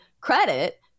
credit